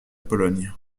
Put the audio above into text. pologne